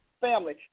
family